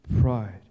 pride